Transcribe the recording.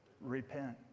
Repent